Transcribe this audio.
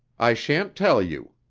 i shan't tell you.